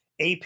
AP